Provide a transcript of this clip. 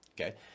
okay